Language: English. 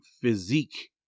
physique